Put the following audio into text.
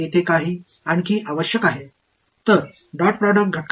இதுதான் நமக்கு இங்கு மேலும் தேவைப்படும் கருத்து